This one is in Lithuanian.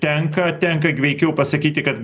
tenka tenka veikiau pasakyti kad